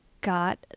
got